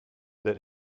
that